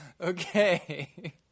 Okay